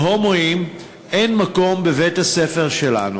להומואים אין מקום בבית-הספר שלנו,